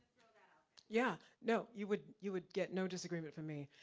out. yeah, no, you would you would get no disagreement from me,